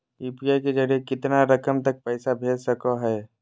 UPI के जरिए कितना रकम तक पैसा भेज सको है?